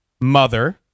mother